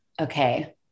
Okay